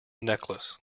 necklace